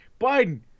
Biden